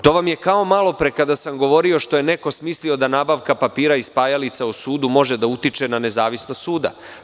To vam je kao malopre kada sam govorio, što je neko smislio da nabavka papira i spajalica u sudu može da utiče na nezavisnost suda.